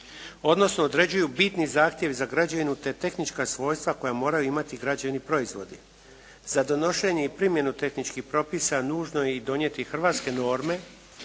odnosno određuju bitni zahtjevi za građevinu te tehnička svojstva koja moraju imati građevni proizvodi. Za donošenje i primjenu tehničkih propisa nužno je i donijeti hrvatske norme,